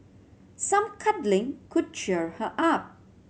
some cuddling could cheer her up